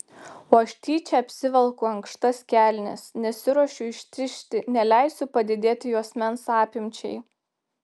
o aš tyčia apsivelku ankštas kelnes nesiruošiu ištižti neleisiu padidėti juosmens apimčiai